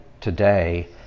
today